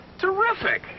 Terrific